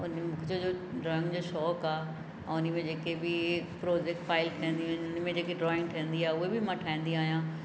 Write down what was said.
उन में मूंखे जो ड्रॉइंग जो शौक़ु आहे ऐं उन में जेके बि प्रोजेक्ट फाइल ठाहींदियूं आहिनि उन में जेके ड्रॉइंग ठहींदी आहे उहे बि मां ठाहींदी आहियां